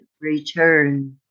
return